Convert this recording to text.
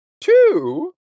two